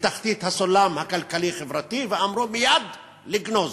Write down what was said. בתחתית הסולם הכלכלי-חברתי, ואמרו: מייד לגנוז.